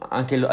anche